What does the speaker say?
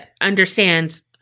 understands